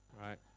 right